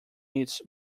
its